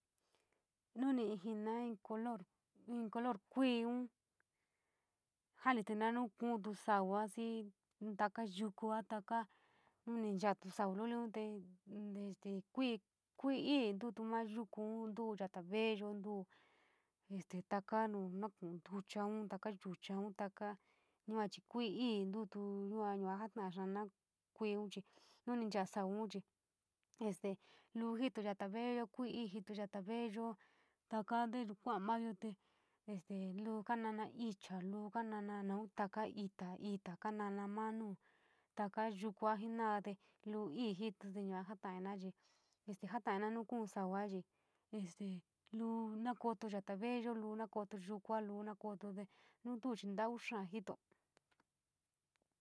Nomi jina color in color koi jale- tinanaun kuu tuo sau xii take yukua taka nu nii nchatu sou lulia nu te kuu, kuu intouu, maa yukuu, intouu yota veeou tuo este toko nu nu kuu intchoun, take yuchoun teka, take kuu kii iniou yua jataa kaa hinu no kuu chi no nii nchaa sou chi este iou joto yota veeou kuu iii xii yota veeou taka ntinu kuu maa mayo te este kuu kuu nama ichi, uu kanama take xii tee kaa noma maa no take yukua inu iii, kuu joto yuu ja jataa inaa chi este kaiinou nu kuu sou ini este iou naa joto yota veeou, uu maa toko yukua, uu na toko, nu tuo chi ntou xaa jito.